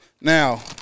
Now